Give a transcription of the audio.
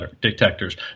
detectors